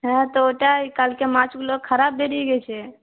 হ্যাঁ তো ওটাই কালকে মাছগুলো খারাপ বেরিয়ে গেছে